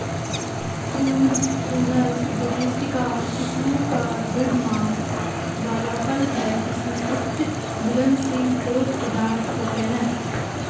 prune, Prunus domestica किस्मों का दृढ़ मांस वाला फल है जिसमें उच्च घुलनशील ठोस पदार्थ होते हैं